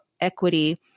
equity